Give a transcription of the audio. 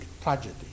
tragedy